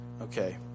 Okay